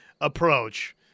approach